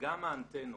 שגם האנטנות,